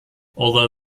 although